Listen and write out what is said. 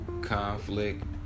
conflict